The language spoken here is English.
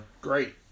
Great